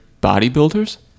bodybuilders